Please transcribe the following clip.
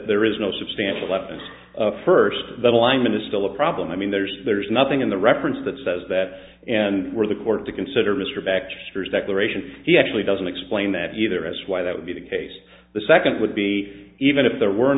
there is no substantial left and first of alignment is still a problem i mean there's there's nothing in the reference that says that and we're the court to consider mr baxter's declaration he actually doesn't explain that either as why that would be the case the second would be even if there were